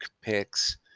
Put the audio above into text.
picks